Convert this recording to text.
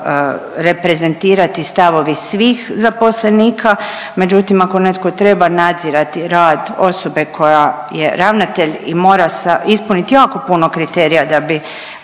reprezentirati stavovi svih zaposlenika, međutim, ako netko treba nadzirati rad osobe koja je ravnatelj i mora ispuniti jako puno kriterija da bi